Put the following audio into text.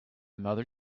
mother